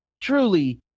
truly